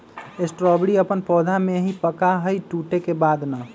strawberry अपन पौधा में ही पका हई टूटे के बाद ना